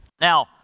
Now